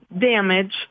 damage